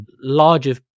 larger